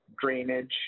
drainage